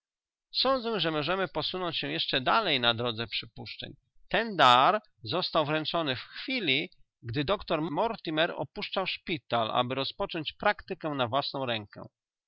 sądzę że możemy posunąć się jeszcze dalej na drodze przypuszczeń ten dar został wręczony w chwili gdy doktor mortimer opuszczał szpital aby rozpocząć praktykę na własną rękę